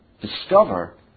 discover